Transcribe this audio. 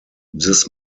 this